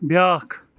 بیٛاکھ